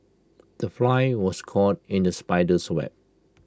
the fly was caught in the spider's web